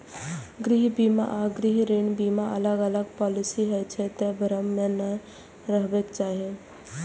गृह बीमा आ गृह ऋण बीमा अलग अलग पॉलिसी होइ छै, तें भ्रम मे नै रहबाक चाही